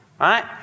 right